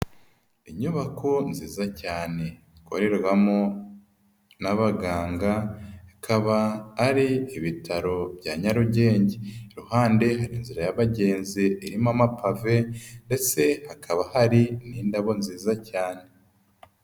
Inyubako nziza cyane, ikorerwamo n'abaganga ikaba ari ibitaro bya Nyarugenge, iruhande hari nzira y'abagenzi irimo amapave, ndetse hakaba hari n'indabo nziza cyane.